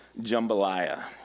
jambalaya